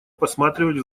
посматривать